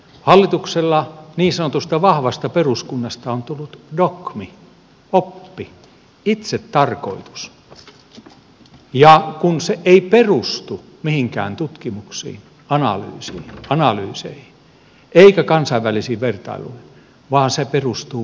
hallituksella niin sanotusta vahvasta peruskunnasta on tullut dogmi oppi itsetarkoitus ja se ei perustu mihinkään tutkimuksiin analyyseihin eikä kansainvälisiin vertailuihin vaan se perustuu mielikuviin